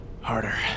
Harder